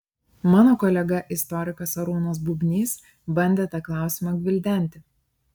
mano kolega istorikas arūnas bubnys bandė tą klausimą gvildenti